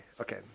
Okay